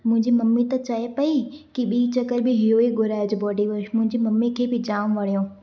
मुंहिंजी मम्मी त चए पई की ॿी चकर बि इहो ई घुराए जो बॉडी वॉश मुंहिंजी मम्मी खे बि जाम वणियो